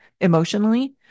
emotionally